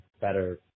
better